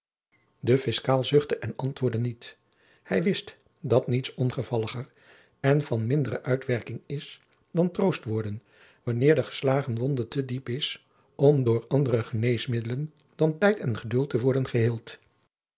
de fiscaal zuchtte en antwoordde niet hij wist dat niets ongevalliger en van mindere uitwerking is dan troostwoorden wanneer de geslagen wonde te diep is om door andere geneesmiddelen dan tijd en geduld te worden geheeld